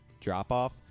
drop-off